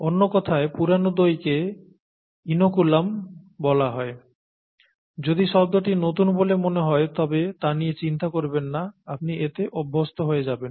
অন্যকথায় পুরানো দইকে ইনোকুলাম বলা হয় যদি শব্দটি নতুন বলে মনে হয় তবে তা নিয়ে চিন্তা করবেন না আপনি এতে অভ্যস্ত হয়ে যাবেন